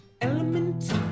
Element